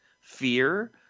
fear